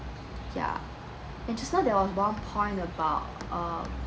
ya and just now there was one point about uh